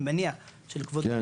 אני מניח כן,